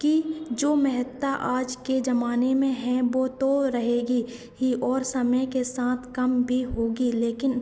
की जो महत्ता आज के ज़माने में है वह तो रहेगी ही और समय के साथ कम भी होगी लेकिन